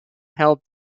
held